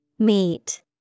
Meet